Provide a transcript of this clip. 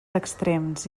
extrems